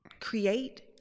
create